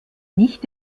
nicht